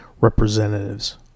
representatives